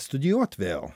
studijuot vėl